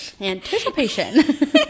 Anticipation